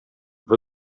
for